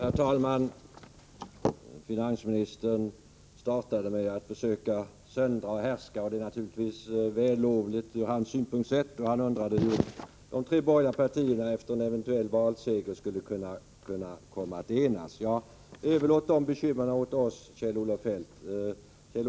Herr talman! Finansministern startade med att försöka söndra och härska. Det är naturligtvis vällovligt ur hans synpunkt sett. Han undrade hur de tre borgerliga partierna efter en eventuell valseger skulle kunna komma att enas. Överlåt dessa bekymmer till oss, Kjell-Olof Feldt.